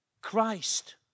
Christ